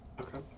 Okay